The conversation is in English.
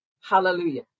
Hallelujah